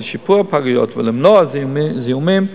לשיפור הפגיות ולמניעת זיהומים,